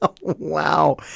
Wow